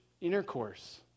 intercourse